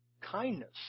kindness